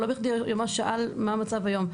ולא בכדי הוא שאל מה המצב היום.